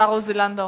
השר עוזי לנדאו,